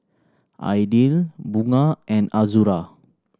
Aidil Bunga and Azura